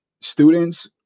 students